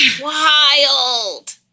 wild